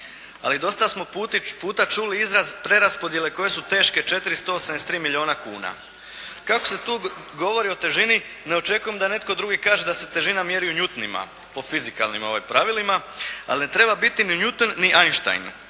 ali dosta smo puta čuli izraz preraspodjele koje su teške 483 milijuna kuna. Kako se tu govori o težini, ne očekujem da netko drugi kaže da se težina mjeri u newtonima po fizikalnim pravilima, ali ne treba biti ni Newton ni Einstein